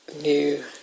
new